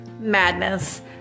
madness